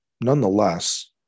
nonetheless